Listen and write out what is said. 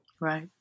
Right